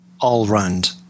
all-round